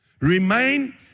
Remain